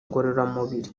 ngororamubiri